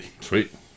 sweet